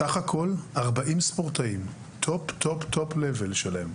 בסך הכול, 40 ספורטאים, טופ, טופ, טופ לייבל שלהם.